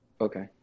Okay